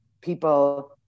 people